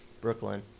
Brooklyn